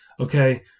Okay